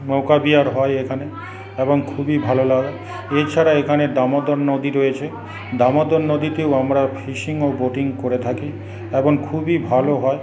নৌকা বিহার হয় এখানে এবং খুবই ভালো লাগে এছাড়া এখানে দামোদর নদী রয়েছে দামোদর নদীকেও আমরা ফিশিং এবং বোটিং করে থাকি এবং খুবই ভালো হয়